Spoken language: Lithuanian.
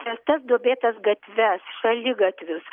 prastas duobėtas gatves šaligatvius